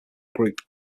group